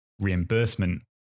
reimbursement